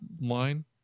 line